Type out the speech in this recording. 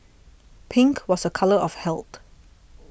pink was a colour of health